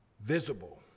visible